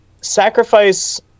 Sacrifice